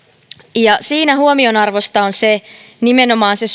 ja siinä huomionarvoista on nimenomaan se